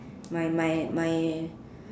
my my my